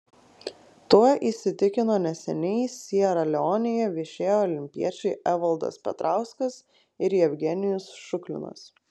tuo įsitikino neseniai siera leonėje viešėję olimpiečiai evaldas petrauskas ir jevgenijus šuklinas